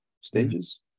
stages